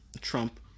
Trump